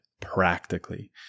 practically